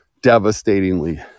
devastatingly